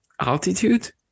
altitude